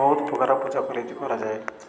ବହୁତ ପ୍ରକାର ପୂଜା ବିଧି କରାଯାଏ